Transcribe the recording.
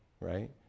right